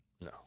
No